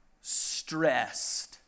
stressed